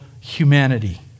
humanity